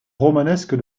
romanesque